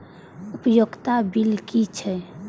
उपयोगिता बिल कि छै?